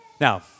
Now